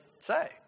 say